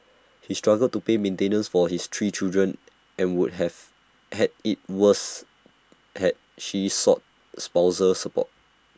he struggled to pay maintenance for his three children and would have had IT worse had she sought spousal support